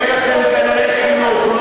אין לכם כנראה חינוך,